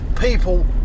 people